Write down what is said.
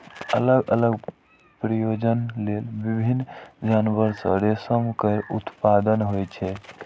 अलग अलग प्रयोजन लेल विभिन्न जानवर सं रेशम केर उत्पादन होइ छै